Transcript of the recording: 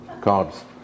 cards